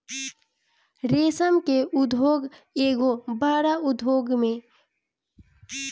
रेशम के उद्योग एगो बड़ उद्योग के रूप में सामने आगईल हवे